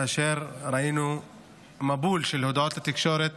ראינו מבול של הודעות לתקשורת